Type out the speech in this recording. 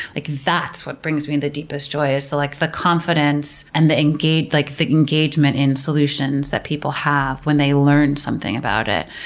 like that's what brings me the deepest joy, the like the confidence and the engagement like the engagement in solutions that people have when they learn something about it.